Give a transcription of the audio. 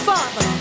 Father